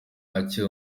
akiri